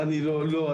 לא,